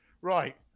Right